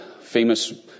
famous